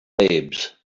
babes